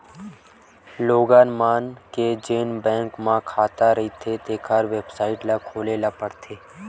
लोगन मन के जेन बैंक म खाता रहिथें तेखर बेबसाइट ल खोले ल परथे